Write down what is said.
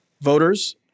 Voters